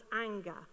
anger